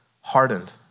hardened